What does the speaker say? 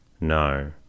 No